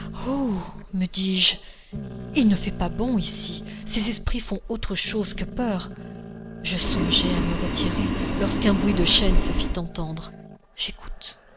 me dis-je il ne fait pas bon ici ces esprits font autre chose que peur je songeais à me retirer lorsqu'un bruit de chaînes se fit entendre j'écoute